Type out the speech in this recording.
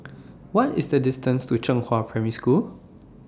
What IS The distance to Zhenghua Primary School